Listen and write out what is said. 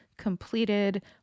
completed